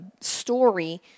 story